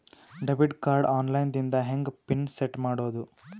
Debit card online ದಿಂದ ಹೆಂಗ್ pin set ಮಾಡೋದು?